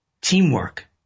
teamwork